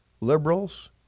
liberals